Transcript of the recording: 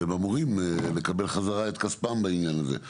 והם אמורים לקבל את כספם חזרה בעניין הזה.